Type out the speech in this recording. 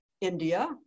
India